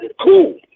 cool